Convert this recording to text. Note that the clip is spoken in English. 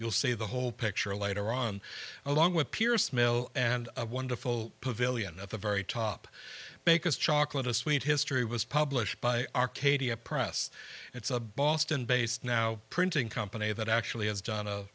you'll see the whole picture later on along with pierce mill and a wonderful pavilion at the very top make us chocolate a sweet history was published by arcadia press it's a boston based now printing company that actually has done a